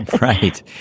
Right